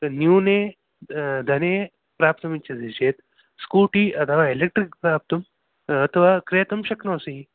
न्यूने धने प्राप्तुम् इच्छसि चेत् स्कूटि अथवा एलेक्ट्रिक् प्राप्तुम् अथवा क्रेतुं शक्नोसि